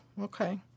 Okay